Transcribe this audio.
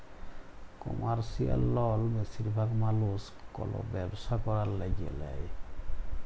commercial লল বেশিরভাগ মালুস কল ব্যবসা ক্যরার ল্যাগে লেই